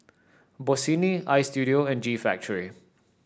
Bossini Istudio and G Factory